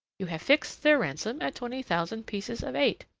you have fixed their ransom at twenty thousand pieces of eight.